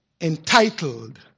entitled